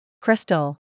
Crystal